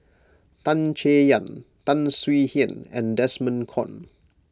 Tan Chay Yan Tan Swie Hian and Desmond Kon